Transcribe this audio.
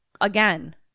Again